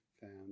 found